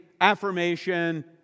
affirmation